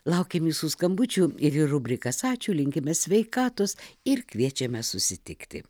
laukiam jūsų skambučių ir į rubrikas ačiū linkime sveikatos ir kviečiame susitikti